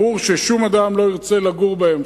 ברור ששום אדם לא ירצה לגור בהם.